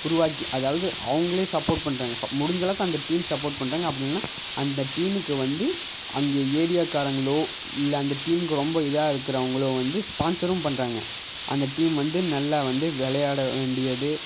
உருவாக்கி அதாவது அவங்களே சப்போர்ட் பண்ணுறாங்க முடிஞ்ச அளவுக்கு அந்த டீம் சப்போர்ட் பண்ணுறாங்க அப்படி இல்லேனா அந்த டீமுக்கு வந்து அங்கே ஏரியாக்காரங்களோ இல்லை அந்த டீமுக்கு ரொம்ப இதாக இருக்ககிறவங்களோ வந்து ஸ்பான்சரும் பண்ணுறாங்க அந்த டீம் வந்து நல்லா வந்து விளையாட வேண்டியது